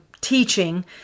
teaching